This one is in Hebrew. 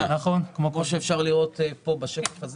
כפי שאפשר לראות בשקף הזה